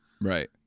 Right